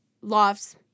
lofts